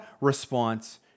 response